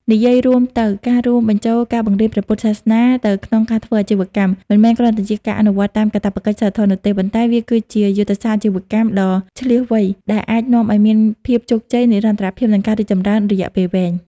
និយាយរួមទៅ ការរួមបញ្ចូលការបង្រៀនព្រះពុទ្ធសាសនាទៅក្នុងការធ្វើអាជីវកម្ម មិនមែនគ្រាន់តែជាការអនុវត្តតាមកាតព្វកិច្ចសីលធម៌នោះទេ ប៉ុន្តែវាគឺជា យុទ្ធសាស្ត្រអាជីវកម្មដ៏ឈ្លាសវៃ ដែលអាចនាំឱ្យមានភាពជោគជ័យ និរន្តរភាព និងការរីកចម្រើនរយៈពេលវែង។